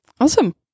Awesome